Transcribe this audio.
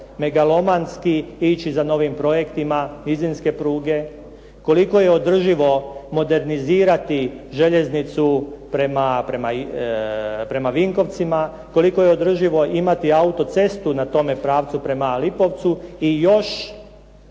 megalomanski ići za novim projektima nizinske pruge, koliko je održivo modernizirati željeznicu prema Vinkovcima, kolsko je održivo imati autocestu na tome pravcu prema Lipovcu i još